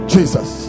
Jesus